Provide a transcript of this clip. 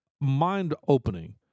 Mind-opening